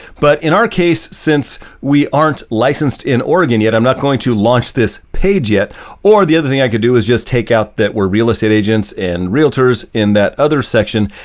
but in our case, since we aren't licensed in oregon yet, i'm not going to launch this page yet or the other thing i could do is just take out that we're real estate agents and realtors in that other section,